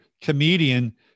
Comedian